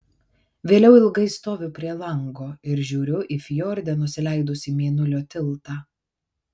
vėliau ilgai stoviu prie lango ir žiūriu į fjorde nusileidusį mėnulio tiltą